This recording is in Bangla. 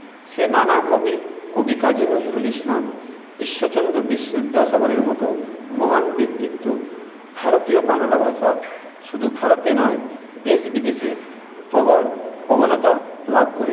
সে নানা কবি কবি কাজী নজরুল ইসলাম ঈশ্বরচন্দ্র বিদ্যাসাগরের মতো মহান ব্যক্তিত্ব ভারতীয় বাংলা ভাষা শুধু ভারতে নয় দেশ বিদেশে প্রবল প্রবণতা লাভ করেছে